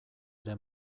ere